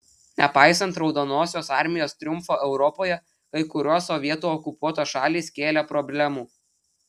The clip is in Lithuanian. nepaisant raudonosios armijos triumfo europoje kai kurios sovietų okupuotos šalys kėlė problemų